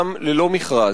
לבין עמותת אלע"ד ללא מכרז.